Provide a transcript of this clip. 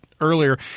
earlier